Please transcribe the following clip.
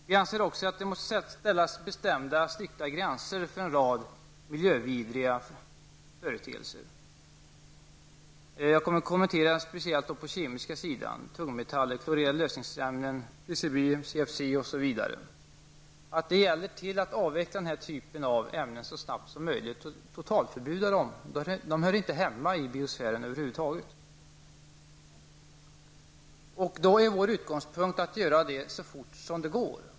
Vi anser också att man måste fastställa strikta gränser för en rad miljövidriga företeelser. När det gäller kemiska ämnen gäller det tungmetaller, klorerade lösningsämnen, PCB, CFC osv. Det gäller att avveckla användningen av denna typ av ämnen så snabbt som möjligt och totalförbjuda dem. De hör inte hemma i biosfären över huvud taget. Vår utgångspunkt är att detta skall göras så fort som möjligt.